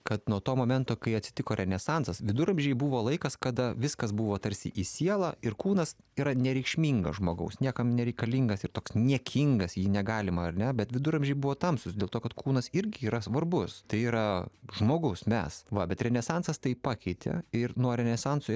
kad nuo to momento kai atsitiko renesansas viduramžiai buvo laikas kada viskas buvo tarsi į sielą ir kūnas yra nereikšmingas žmogaus niekam nereikalingas ir toks niekingas jį negalima ar ne bet viduramžiai buvo tamsūs dėl to kad kūnas irgi yra svarbus tai yra žmogus mes va bet renesansas tai pakeitė ir nuo renesanso